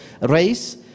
race